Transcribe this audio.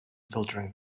filtering